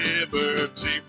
liberty